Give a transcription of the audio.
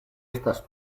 estas